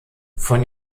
von